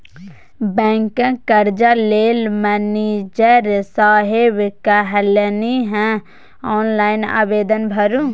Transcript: बैंकक कर्जा लेल मनिजर साहेब कहलनि अहॅँ ऑनलाइन आवेदन भरू